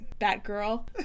Batgirl